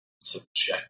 subject